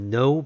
no